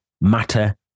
matter